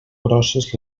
grosses